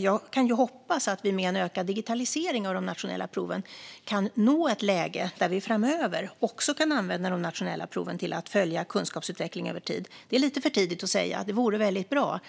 Jag hoppas dock att vi med en ökad digitalisering av de nationella proven kan nå ett läge där vi framöver också kan använda de nationella proven till att följa kunskapsutvecklingen över tid. Det vore väldigt bra.